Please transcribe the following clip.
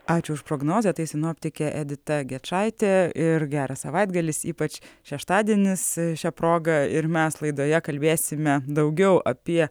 ačiū už prognozę tai sinoptikė edita gečaitė ir geras savaitgalis ypač šeštadienis šia proga ir mes laidoje kalbėsime daugiau apie